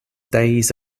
days